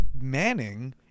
Manning